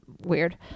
weird